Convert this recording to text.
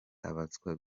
abaswa